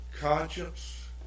conscience